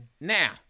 Now